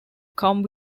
come